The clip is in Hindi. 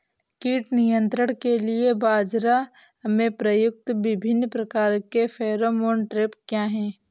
कीट नियंत्रण के लिए बाजरा में प्रयुक्त विभिन्न प्रकार के फेरोमोन ट्रैप क्या है?